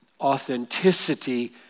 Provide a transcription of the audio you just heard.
authenticity